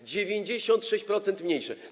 O 96% mniejsze.